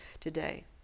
today